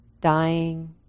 dying